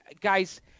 guys